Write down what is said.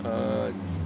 err